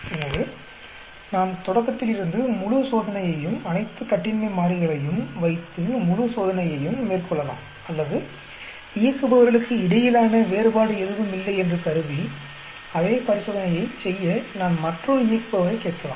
எனவே நான் தொடக்கத்தில் இருந்து முழு சோதனையையும் அனைத்து கட்டின்மை மாறிகளையும் வைத்து முழு சோதனையையும் மேற்கொள்ளலாம் அல்லது இயக்குபவர்களுக்கு இடையிலான வேறுபாடு எதுவும் இல்லை என்று கருதி அதே பரிசோதனையைச் செய்ய நான் மற்றொரு இயக்குபவரைக் கேட்கலாம்